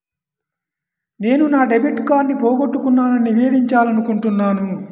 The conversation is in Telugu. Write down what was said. నేను నా డెబిట్ కార్డ్ని పోగొట్టుకున్నాని నివేదించాలనుకుంటున్నాను